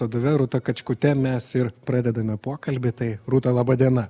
vadove rūta kačkute mes ir pradedame pokalbį tai rūta laba diena